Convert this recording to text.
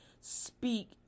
Speak